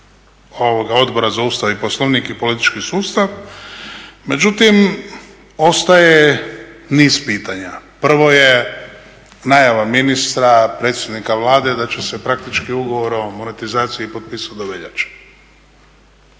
Odbora za Ustav, Poslovnik i politički sustav, međutim ostaje niz pitanja. Prvo je najava ministra, predsjednika Vlade da će se praktički ugovor o monetizaciji potpisat do veljače.